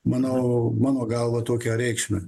manau mano galva tokią reikšmę